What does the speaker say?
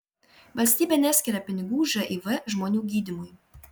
valstybė neskiria pinigų živ žmonių gydymui